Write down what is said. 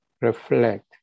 Reflect